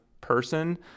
person